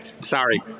Sorry